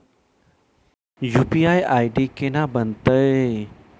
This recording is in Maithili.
यु.पी.आई आई.डी केना बनतै?